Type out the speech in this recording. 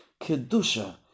Kedusha